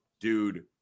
dude